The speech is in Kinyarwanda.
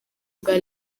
bwa